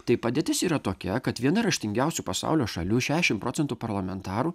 tai padėtis yra tokia kad viena raštingiausių pasaulio šalių šešim procentų parlamentarų